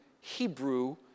Hebrew